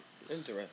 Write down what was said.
Interesting